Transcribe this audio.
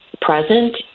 present